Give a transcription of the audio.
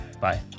Bye